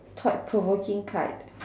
thought provoking card